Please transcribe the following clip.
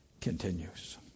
continues